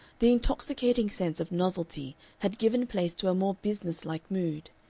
the intoxicating sense of novelty had given place to a more business-like mood.